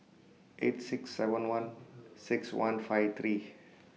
eight six seven one six one five three